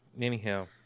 Anyhow